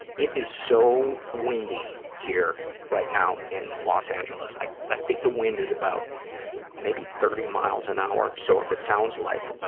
it is so windy here right now in los angeles. i think the wind is about maybe thirty miles an hour, so if it sounds like